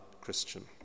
Christian